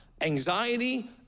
Anxiety